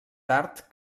tard